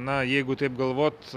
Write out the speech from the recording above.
na jeigu taip galvot